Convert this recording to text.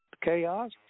chaos